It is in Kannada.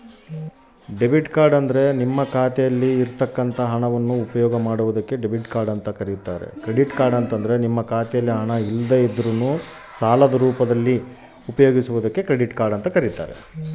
ನನಗೆ ಕ್ರೆಡಿಟ್ ಕಾರ್ಡ್ ಮತ್ತು ಡೆಬಿಟ್ ಕಾರ್ಡಿನ ಮಧ್ಯದಲ್ಲಿರುವ ವ್ಯತ್ಯಾಸವನ್ನು ಹೇಳ್ರಿ?